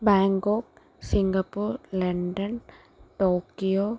Bangkok Singapore London Tokyo